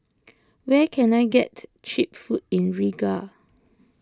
where can I get Cheap Food in Riga